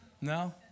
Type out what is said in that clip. No